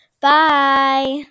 bye